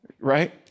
Right